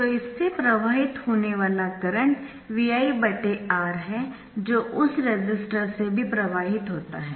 तो इससे प्रवाहित होने वाला करंट ViR है जो उस रेसिस्टर से भी प्रवाहित होता है